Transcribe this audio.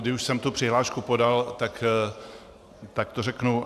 Když už jsem tu přihlášku podal, tak to řeknu.